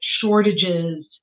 shortages